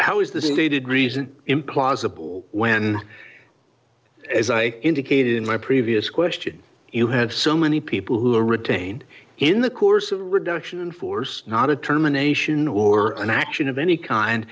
how is this inflated reason implausible when as i indicated in my previous question you have so many people who are retained in the course of a reduction in force not a terminations or an action of any kind